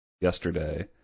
yesterday